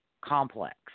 complex